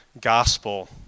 gospel